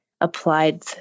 applied